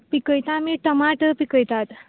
पिकयता आमी टमाट पिकयतात